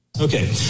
Okay